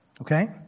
Okay